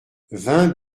vingt